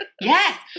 Yes